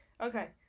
Okay